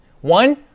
One